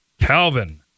Calvin